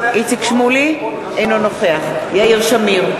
אינו נוכח יאיר שמיר,